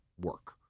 work